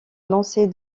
lancer